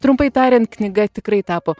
trumpai tariant knyga tikrai tapo